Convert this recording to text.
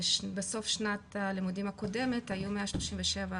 בסוף שנת הלימודים הקודמת היו 137